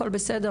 הכול בסדר,